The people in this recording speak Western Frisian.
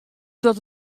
dat